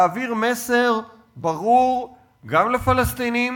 להעביר מסר ברור גם לפלסטינים